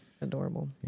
Adorable